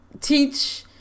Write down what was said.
teach